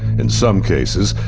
in some cases,